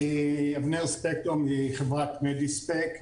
אני אבנר ספקטור מחברת מדיספק.